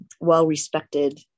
well-respected